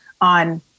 on